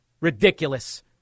Ridiculous